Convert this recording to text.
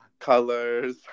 colors